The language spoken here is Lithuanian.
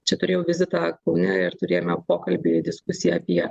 čia turėjau vizitą kaune ir turėjome pokalbį diskusiją apie